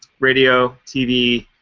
radio, tv,